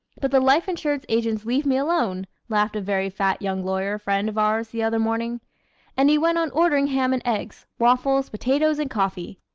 but the life insurance agents leave me alone! laughed a very fat young lawyer friend of ours the other morning and he went on ordering ham and eggs, waffles, potatoes and coffee!